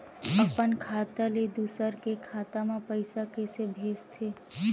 अपन खाता ले दुसर के खाता मा पईसा कइसे भेजथे?